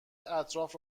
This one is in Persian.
اطراف